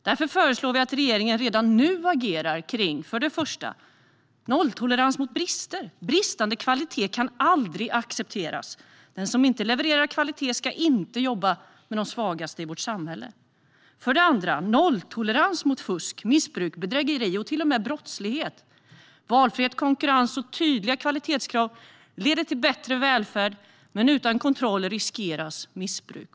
Därför föreslår vi att regeringen redan nu agerar med nolltolerans mot brister. Bristande kvalitet kan aldrig accepteras. Den som inte levererar kvalitet ska inte jobba med de svagaste i vårt samhälle. Vi vill se nolltolerans mot fusk, missbruk, bedrägeri och brottslighet. Valfrihet, konkurrens och tydliga kvalitetskrav leder till bättre välfärd, men utan kontroll riskerar man missbruk.